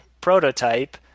prototype